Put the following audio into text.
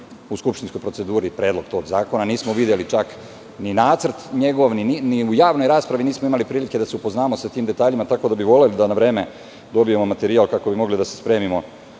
u skupštinskoj proceduri predlog tog zakona, nismo videli čak ni nacrt njegov, ni u javnoj raspravi nismo imali prilike da se upoznamo sa tim detaljima, tako da bih voleo da na vreme dobijemo materijal, kako bismo mogli da se spremimo